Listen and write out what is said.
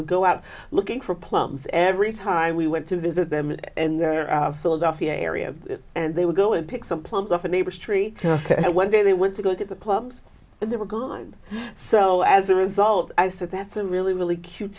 would go out looking for plumbs every time we went to visit them and their philadelphia area and they would go and pick some plums off a neighbor's tree and when they went to go to the clubs they were gone so as a result i said that's a really really cute